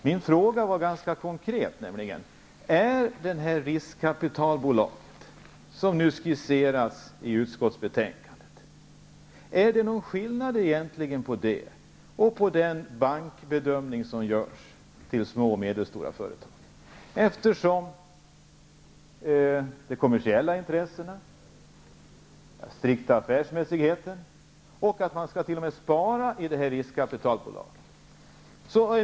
Min fråga var ganska konkret: Är det någon skillnad mellan det riskkapitalbolag som nu skisseras i utskottsbetänkandet och en bank när riskbedömningen görs vid lån till små och medelstora företag? Man har ju kommersiella intressen, strikt affärsmässighet och man skall t.o.m. spara i detta riskkapitalbolag.